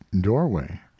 doorway